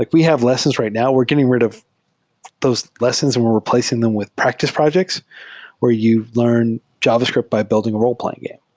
like we have lessons right now. we're getting rid of those lessons and we're replacing them with practice projects where you learn javascript by building a ro le-playing game,